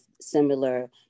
similar